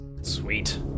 Sweet